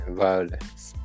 violence